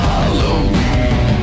Halloween